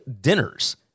dinners